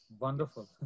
Wonderful